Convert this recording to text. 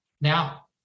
Now